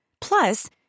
Plus